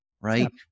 right